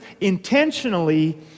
intentionally